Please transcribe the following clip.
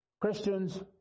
Christians